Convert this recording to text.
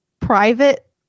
Private